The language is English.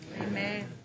Amen